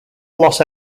floss